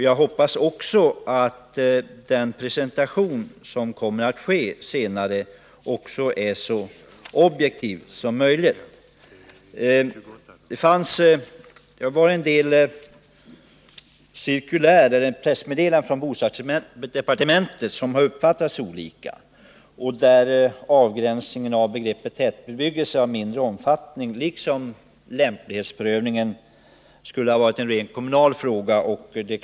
Jag hoppas att den presentation av dessa som senare kommer att ske skall bli så objektiv som möjligt. Uppgifter i några pressmeddelanden från bostadsdepartementet har uppfattats på olika sätt. Det gäller dels avgränsningen av begreppet ”tätbebyggelse av mindre omfattning”, dels spörsmålet huruvida lämplighetsprövningen är en rent kommunal angelägenhet.